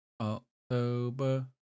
October